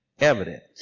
Evidence